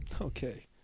Okay